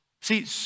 See